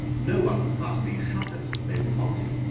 no one could pass these shutters if they were bolted.